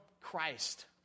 Christ